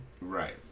Right